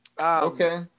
Okay